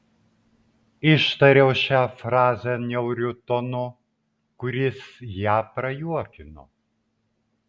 ištariau šią frazę niauriu tonu kuris ją prajuokino